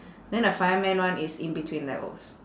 then the fireman one is in between levels